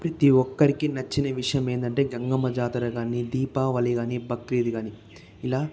ప్రతి ఒక్కరికి నచ్చిన విషయం ఏందంటే గంగమ్మ జాతర కాని దీపావళి కాని బక్రీద్ కాని ఇలా